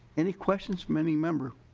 any questions from any member?